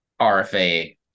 RFA